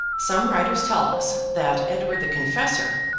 some writers tell us that edward the confessor,